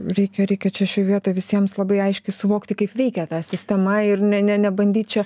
reikia reikia čia šioj vietoj visiems labai aiškiai suvokti kaip veikia ta sistema ir ne ne nebandyt čia